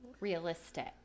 realistic